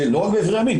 לא רק באברי המין,